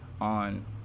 on